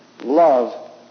love